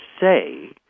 say